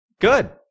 Good